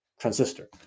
transistor